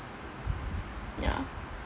ya